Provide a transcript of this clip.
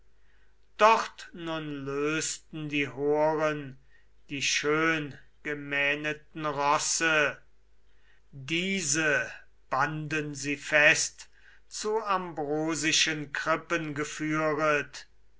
dort nun lösten die horen die schöngemähneten rosse diese banden sie fest zu ambrosischen krippen geführet